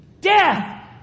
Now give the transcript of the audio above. Death